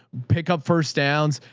pick up first downs,